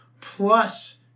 Plus